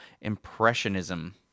Impressionism